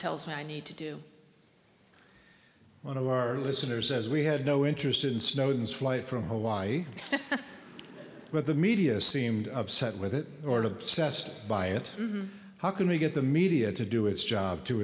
tells me i need to do one of our listeners as we had no interest in snowden's flight from hawaii where the media seemed upset with it or obsessed by it how can we get the media to do its job to